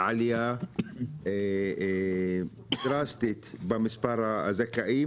כן, עד שהוא מקבל את ההפניה זה לא לוקח שנה,